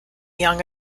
young